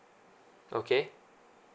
okay